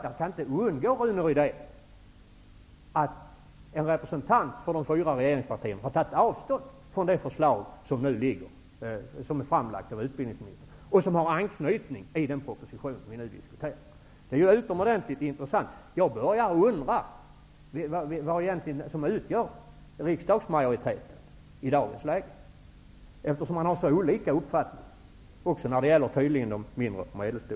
Jag kan inte undgå att notera att en representant för de fyra regeringspartierna har tagit avstånd från det förslag som nu är framlagt av utbildningsministern och som har anknytning i den proposition som vi nu diskuterar. Det är utomordentligt intressant. Jag börjar undra vilka som egentligen utgör riksdagsmajoriteten i dagens läge, eftersom man har så olika uppfattningar, tydligen också när det gäller de mindre och medelstora högskolorna.